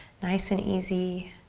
nice and easy.